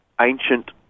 ancient